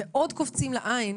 מאוד קופצים לעין